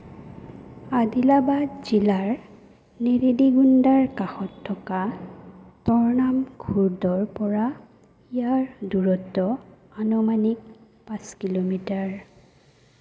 আদিলাবাদ জিলাৰ নেৰেডিগোণ্ডাৰ কাষত থকা তৰ্নাম খুৰ্দৰ পৰা ইয়াৰ দূৰত্ব আনুমানিক পাঁচ কিলোমিটাৰ